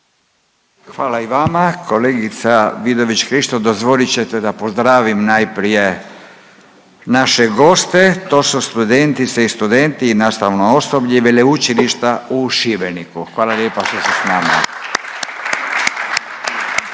Hvala i vama. Kolegica Vidović Krišto, dozvolit ćete da pozdravim najprije naše goste. To su studentice i studenti i nastavno osoblje Veleučilišta u Šibenika, hvala lijepa što ste s nama.